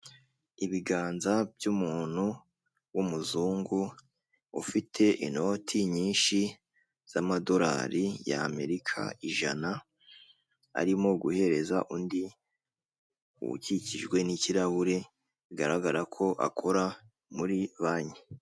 Ibiganza by'umuntu w’ umuzungu ufite inoti nyinshi z'amadolari y’ Amerika ijana arimo guhereza undi ukikijwe n'ikirahure bigaragara ko akora muri bank.